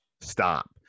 stop